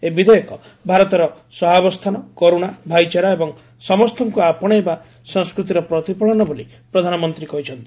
ଏହି ବିଧେୟକ ଭାରତର ସହାବସ୍ରାନ କରୁଶା ଭାଇଚାରା ଏବଂ ସମ ସଂସ୍କୃତିର ପ୍ରତିଫଳନ ବୋଲି ପ୍ରଧାନମନ୍ତୀ କହିଛନ୍ତି